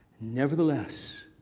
Nevertheless